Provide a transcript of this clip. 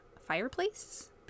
fireplace